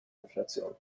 inflation